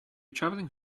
travelling